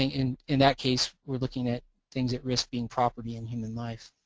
in in that case we're looking at things at risk being property and human life.